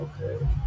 Okay